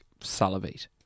salivate